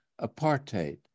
apartheid